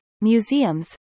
museums